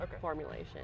formulation